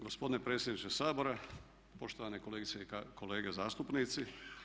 Gospodine predsjedniče Sabora, poštovane kolegice i kolege zastupnici.